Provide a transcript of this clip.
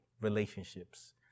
relationships